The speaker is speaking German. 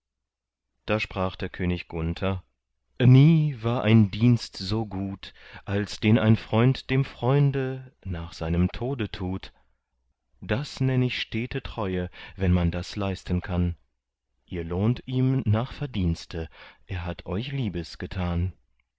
da sprach der könig gunther nie war ein dienst so gut als den ein freund dem freunde nach seinem tode tut das nenn ich stete treue wenn man das leisten kann ihr lohnt ihm nach verdienste er hat euch liebes getan